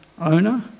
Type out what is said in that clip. owner